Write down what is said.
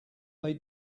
they